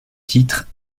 titre